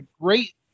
great